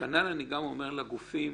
ואני גם אומר לגופים